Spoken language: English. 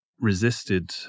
resisted